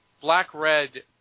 Black-Red